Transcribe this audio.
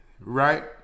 right